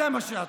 זה מה שאתה.